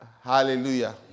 Hallelujah